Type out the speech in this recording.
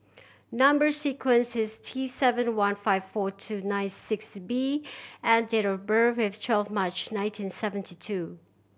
number sequence is T seven one five four two nine six B and date of birth is twelve March nineteen seventy two